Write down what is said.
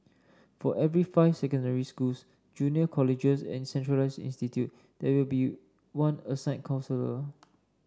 for every five secondary schools junior colleges and centralised institute there will be one assigned counsellor